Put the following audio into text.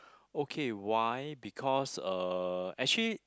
okay why because uh actually